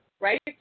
right